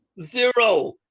zero